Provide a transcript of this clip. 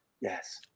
yes